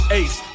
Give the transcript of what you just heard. ace